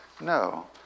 No